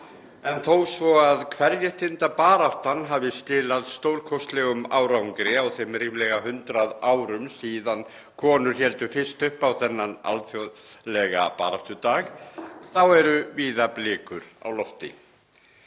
Þó svo að kvenréttindabaráttan hafi skilað stórkostlegum árangri á þeim ríflega 100 árum síðan konur héldu fyrst upp á þennan alþjóðlega baráttudag eru víða blikur á lofti.